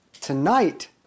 tonight